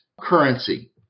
currency